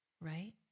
right